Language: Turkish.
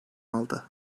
aldı